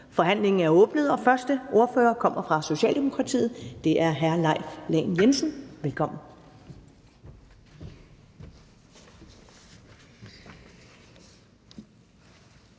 Forhandlingen er åbnet, og den første ordfører kommer fra Socialdemokratiet. Velkommen til hr. Leif Lahn Jensen. Kl.